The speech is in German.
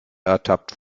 ertappt